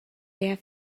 bare